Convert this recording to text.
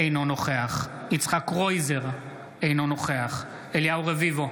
אינו נוכח יצחק קרויזר, אינו נוכח אליהו רביבו,